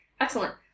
excellent